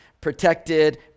protected